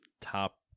Top